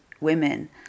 women